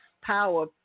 power